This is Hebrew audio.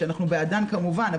שאנחנו בעדן כמובן,